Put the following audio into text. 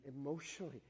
emotionally